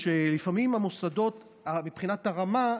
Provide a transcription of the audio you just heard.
שלפעמים המוסדות מבחינת הרמה,